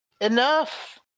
enough